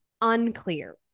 unclear